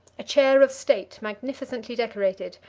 a chair of state, magnificently decorated,